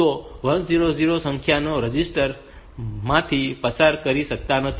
તો 100 સંખ્યાઓ રજીસ્ટર માંથી પસાર કરી શકાતા નથી